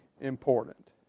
important